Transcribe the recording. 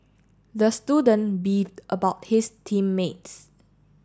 the student beefed about his team mates